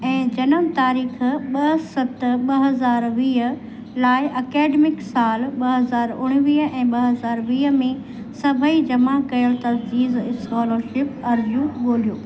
ऐं जनम तारीख़ ॿ सत ॿ हज़ार वीह लाइ अकैडमिक साल ॿ हज़ार उणिवीह ऐं ॿ हज़ार वीह में सभेई जमा कयलु तज़दीदु स्कॉलरशिप अर्ज़ियूं ॻोल्हियो